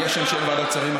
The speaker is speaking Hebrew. אני אשם שאין ועדת שרים,